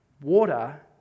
Water